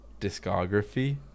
discography